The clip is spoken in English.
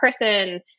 person